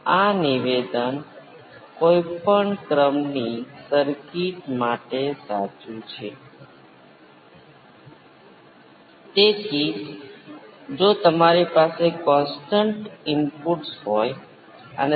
તેથી છેવટે આનો રિસ્પોન્સ એક Vp બાય 1 ω C R નું વર્ગમૂળ અને cos of ω t 5 - tan inverse ω C R છે